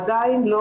עדיין לא